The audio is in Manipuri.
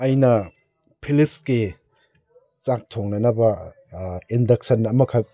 ꯑꯩꯅ ꯐꯤꯂꯤꯞꯁꯀꯤ ꯆꯥꯛ ꯊꯣꯡꯅꯅꯕ ꯏꯟꯗꯛꯁꯟ ꯑꯃꯈꯛ